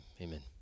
amen